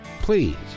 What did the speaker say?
Please